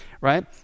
Right